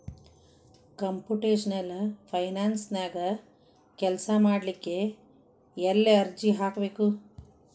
Computational ಫೈನಾನ್ಸನ್ಯಾಗ ಕೆಲ್ಸಾಮಾಡ್ಲಿಕ್ಕೆ ಎಲ್ಲೆ ಅರ್ಜಿ ಹಾಕ್ಬೇಕು?